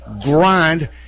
grind